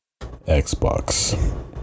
Xbox